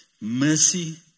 mercy